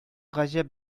гаҗәп